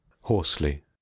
hoarsely